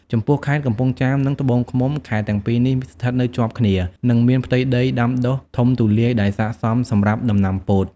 ចំពោះខេត្តកំពង់ចាម និងត្បូងឃ្មុំ ខេត្តទាំងពីរនេះស្ថិតនៅជាប់គ្នា និងមានផ្ទៃដីដាំដុះធំទូលាយដែលស័ក្តិសមសម្រាប់ដំណាំពោត។